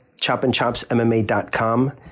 chopandchopsmma.com